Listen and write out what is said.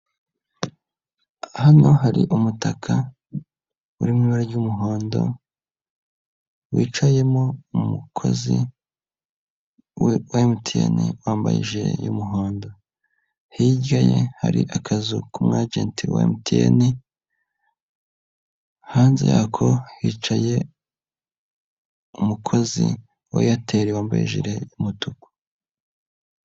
Hano hari umutaka uri mu ibara ry'umuhondo, wicayemo umukozi we MTN wambaye ijire y'umuhondo, hirya ye hari akazu ku mwajenti wa MTN, hanze yako hicaye umukozi wa Airtel wambaye umutuku.